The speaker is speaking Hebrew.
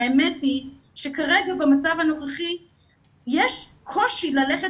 האמת היא שכרגע במצב הנוכחי יש קושי ללכת